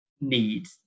need